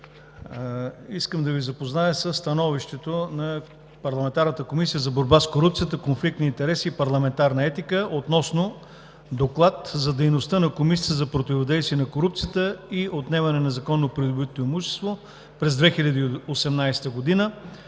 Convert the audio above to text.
Искам да Ви запозная със Становището на парламентарната Комисия за борба с корупцията, конфликт на интереси и парламентарна етика относно Доклад за дейността на Комисията за противодействие на корупцията и за отнемане на незаконно придобитото имущество през 2018 г.,